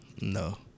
No